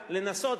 לנסות.